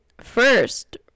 first